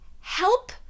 help